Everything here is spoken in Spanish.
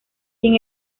sin